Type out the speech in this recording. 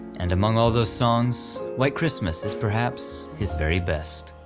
and among all those songs, white christmas is perhaps his very best.